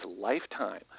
lifetime